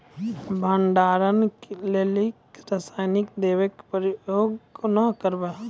भंडारणक लेल रासायनिक दवेक प्रयोग कुना करव?